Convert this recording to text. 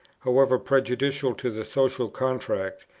however prejudicial to the social contract,